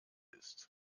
ist